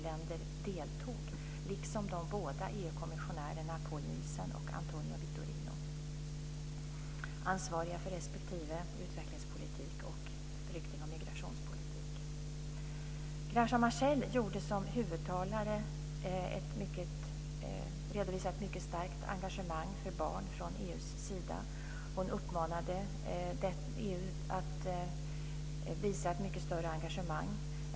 länder deltog liksom de båda EU-kommissionärerna Poul Nielson och Antonio Vitorino, ansvariga för utvecklingspolitik respektive flykting och migrationspolitik. Graca Machel redovisade som huvudtalare ett mycket starkt engagemang från EU:s sida för barn. Hon uppmanade EU att visa ett större engagemang.